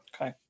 Okay